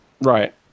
Right